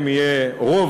אם יהיה רוב,